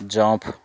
jump